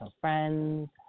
friends